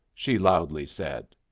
she loudly said.